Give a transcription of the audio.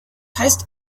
heißt